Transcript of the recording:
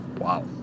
Wow